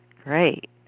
Great